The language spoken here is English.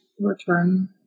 return